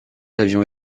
avions